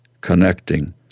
connecting